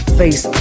face